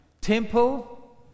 temple